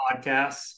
podcasts